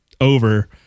over